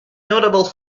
notable